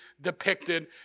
depicted